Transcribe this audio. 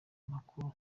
makuru